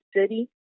city